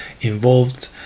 involved